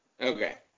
Okay